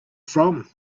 from